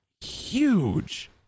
huge